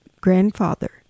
grandfather